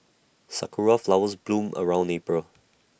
Sakura Flowers bloom around April